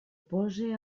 pose